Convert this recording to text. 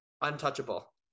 untouchable